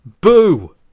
Boo